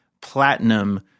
platinum